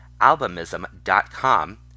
albumism.com